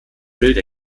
bild